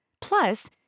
Plus